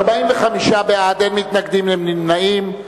45 בעד, אין מתנגדים אין נמנעים.